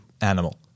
animal